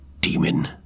demon